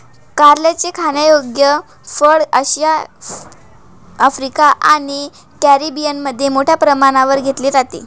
कारल्याचे खाण्यायोग्य फळ आशिया, आफ्रिका आणि कॅरिबियनमध्ये मोठ्या प्रमाणावर घेतले जाते